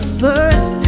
first